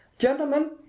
gentlemen,